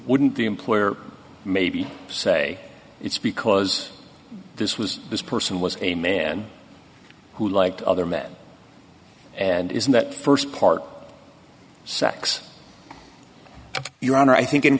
wouldn't the employer maybe say it's because this was this person was a man who liked other men and isn't that st part sex your honor i think in